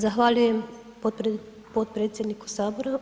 Zahvaljujem potpredsjedniku Sabora.